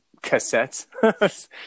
cassettes